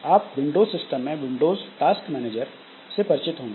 आप Windows system में Windows task manager से परिचित होंगे